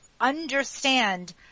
understand